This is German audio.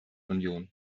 union